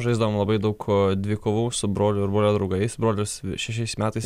žaisdavom labai daug dvikovų su broliu ir brolio draugais brolis šešias metais